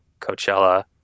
Coachella